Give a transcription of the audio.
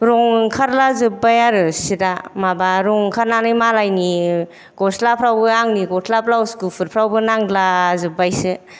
रं ओंखारला जोबबाय आरो चिटा माबा रं ओंखारनानै मालायनि गस्लाफोरावबो आंनि गस्ला ब्लावस गुफुरफोरावबो नांला जोब्बायसो